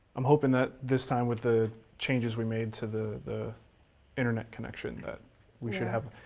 i'm hopin' that this time with the changes we made to the the internet connection that we should have,